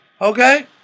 Okay